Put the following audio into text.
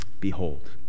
Behold